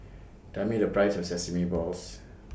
Tell Me The Price of Sesame Balls